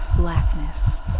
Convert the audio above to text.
blackness